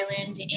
island